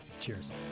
Cheers